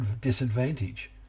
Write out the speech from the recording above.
disadvantage